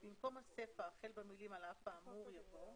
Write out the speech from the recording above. במקום הסיפה החל במילים "על אף האמור" יבוא: